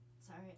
sorry